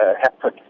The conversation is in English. happen